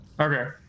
okay